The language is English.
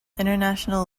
international